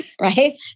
right